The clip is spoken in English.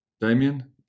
Damien